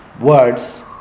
words